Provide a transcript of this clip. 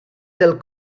del